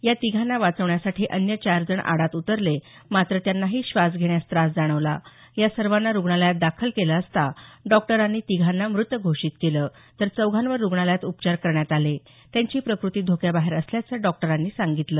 या तिघांना वाचवण्यासाठी अन्य चार जण आडात उतरले मात्र त्यांनाही श्वास घेण्यास त्रास जाणवला या सर्वांना रुग्णालयात दाखल केलं असता डॉक्टरांनी तिघांना मृत घोषित केलं तर चौघांवर रुग्णालयात उपचार करण्यात आले त्यांची प्रकृती धोक्याबाहेर असल्याचं डॉक्टरांनी सांगितलं